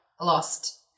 lost